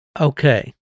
Okay